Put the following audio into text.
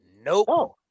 Nope